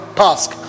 task